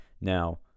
now